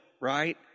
right